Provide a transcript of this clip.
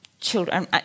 children